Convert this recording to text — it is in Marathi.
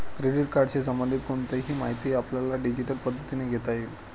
क्रेडिट कार्डशी संबंधित कोणतीही माहिती आपल्याला डिजिटल पद्धतीने घेता येईल